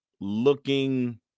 looking